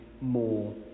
more